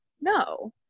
No